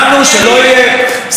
זה הדבר היחיד שסיכמנו.